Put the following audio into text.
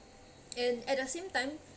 and at the same time